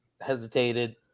hesitated